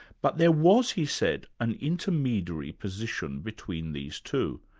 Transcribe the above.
but there was, he said, an intermediary position between these two,